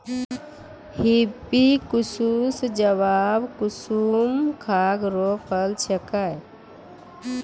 hibiscus जवाकुसुम गाछ रो फूल छिकै